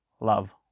love